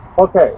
okay